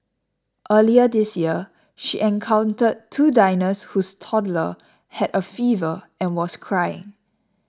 earlier this year she encountered two diners whose toddler had a fever and was crying